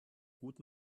gut